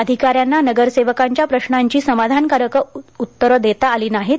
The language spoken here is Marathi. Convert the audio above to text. अधिकाऱ्यांना नगरसेवकांच्या प्रश्नांची समाधानकारक उत्तरे देता आली नाहीत